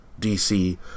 DC